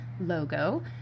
logo